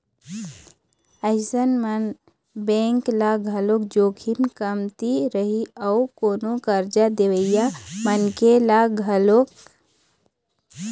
अइसन म बेंक ल घलोक जोखिम कमती रही अउ कोनो करजा देवइया मनखे ल घलोक